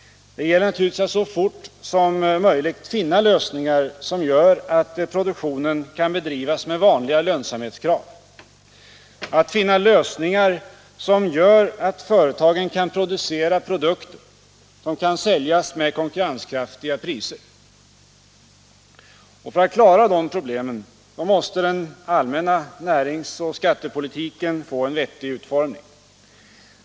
Nu gäller det att så fort som möjligt finna lösningar som gör att produktionen kan bedrivas med vanliga lönsamhetskrav. Det gäller att finna sådana lösningar att företagen kan framställa produkter som kan säljas till konkurrenskraftiga priser. För att klara de problemen måste den allmänna näringsoch skattepolitiken få en vettig utformning.